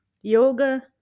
Yoga